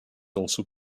also